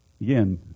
Again